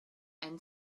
and